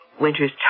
Winters